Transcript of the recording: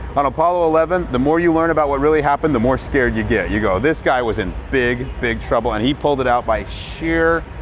on apollo eleven, the more you learn about what really happened, the more scared you get. you go this guy was in big, big trouble and he pulled it out by sheer